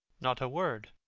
not a word.